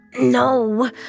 No